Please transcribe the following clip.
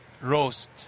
roast